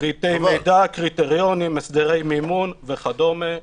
-- פריטי מידע, קריטריונים, הסדרי מימון וכדומה.